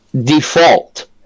Default